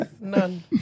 None